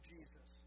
Jesus